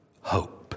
hope